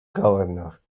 governor